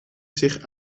zich